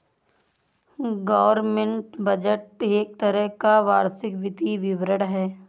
government budget एक तरह का वार्षिक वित्तीय विवरण है